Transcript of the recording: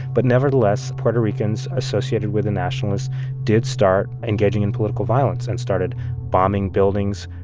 but nevertheless, puerto ricans associated with the nationalists did start engaging in political violence and started bombing buildings.